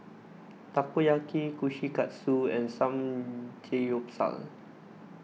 Takoyaki Kushikatsu and Samgeyopsal